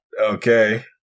Okay